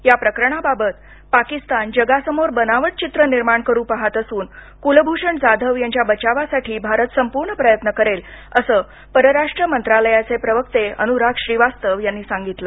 या प्रकरणाबाबत पाकिस्तान जगासमोर बनावट चित्र निर्माण करू पहात असून कुलभूषण जाधव यांच्या बचावासाठी भारत संपूर्ण प्रयत्न करेल असं परराष्ट्र मंत्रालयाचे प्रवक्ते अनुराग श्रीवास्तव यांनी सांगितलं